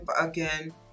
again